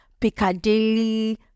Piccadilly